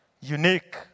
unique